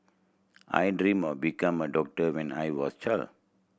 I dreamt of becoming a doctor when I was a child